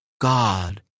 God